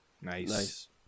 Nice